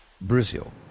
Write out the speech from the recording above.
Brazil